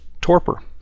torpor